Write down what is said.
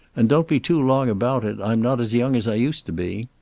and don't be too long about it. i'm not as young as i used to be.